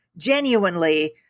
genuinely